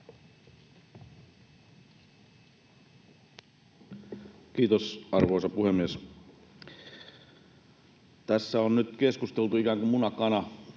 Kiitos, arvoisa puhemies! Tässä on nyt keskusteltu ikään kuin